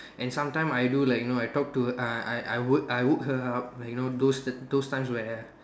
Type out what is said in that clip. and sometime I do like you know I talk to uh I I I woke I woke up her like you know those those times where